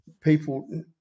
people